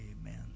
Amen